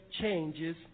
changes